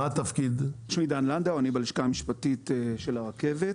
שמי דן לנדאו, אני בלשכה המשפטית של הרכבת.